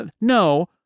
No